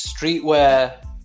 streetwear